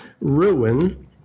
ruin